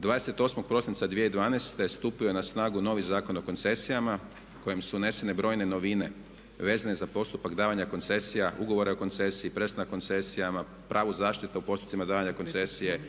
28.prosinca 2012.stupio je na snagu novi Zakon o koncesijama u kojem su unesene brojne novine vezane za postupak davanja koncesija, ugovora o koncesiji, prestanka koncesija, pravu zaštite u postupcima davanja koncesije